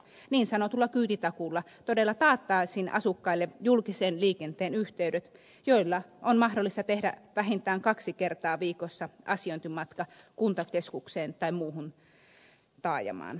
niin sanotulla kyytitakuulla todella taattaisiin asukkaille julkisen liikenteen yhteydet joilla on mahdollista tehdä vähintään kaksi kertaa viikossa asiointimatka kuntakeskukseen tai muuhun taajamaan